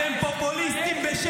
הצבעת נגד --- אתם פופוליסטים בשקל.